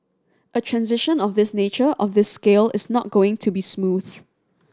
a transition of this nature of this scale is not going to be smooth